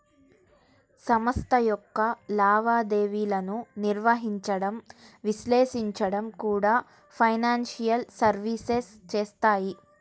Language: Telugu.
సంస్థ యొక్క లావాదేవీలను నిర్వహించడం, విశ్లేషించడం కూడా ఫైనాన్షియల్ సర్వీసెస్ చేత్తాయి